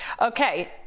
okay